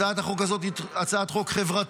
הצעת החוק הזאת היא הצעת חוק חברתית,